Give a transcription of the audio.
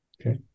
Okay